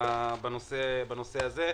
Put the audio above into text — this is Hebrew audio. בנושא הזה.